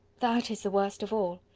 that is the worst of all.